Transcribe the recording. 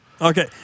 Okay